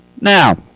Now